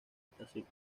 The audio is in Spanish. estación